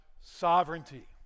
sovereignty